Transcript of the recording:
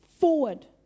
forward